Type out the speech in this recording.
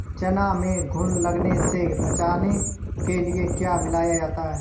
चना में घुन लगने से बचाने के लिए क्या मिलाया जाता है?